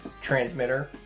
transmitter